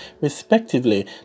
respectively